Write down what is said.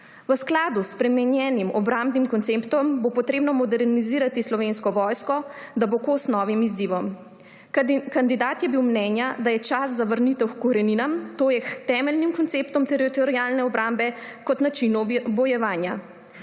V skladu s spremenjenim obrambnim konceptom bo treba modernizirati Slovensko vojsko, da bo kos novim izzivom. Kandidat je bil mnenja, da je čas za vrnitev h koreninam, to je k temeljnim konceptom teritorialne obrambe kot načinu bojevanja.